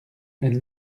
elles